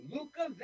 Luca